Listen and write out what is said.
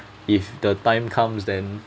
if the time comes then